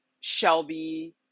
Shelby